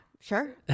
sure